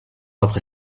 après